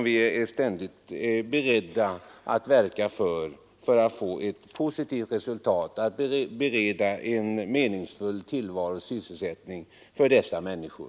Vi är beredda att verka för att den även i fortsättningen skall få ett positivt resultat och bereda en meningsfull tillvaro och sysselsättning för dessa människor.